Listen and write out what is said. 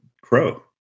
Crow